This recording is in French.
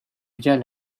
bien